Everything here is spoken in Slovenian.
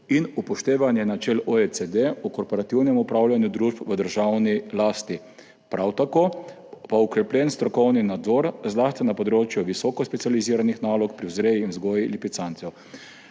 in upoštevanje načel OECD o korporativnem upravljanju družb v državni lasti. Prav tako pa okrepljen strokovni nadzor, zlasti na področju visoko specializiranih nalog pri vzreji in vzgoji lipicancev.